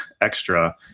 extra